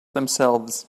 themselves